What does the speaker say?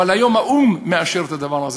אבל היום האו"ם מאשר את הדבר הזה.